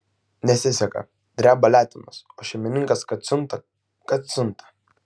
nesiseka dreba letenos o šeimininkas kad siunta kad siunta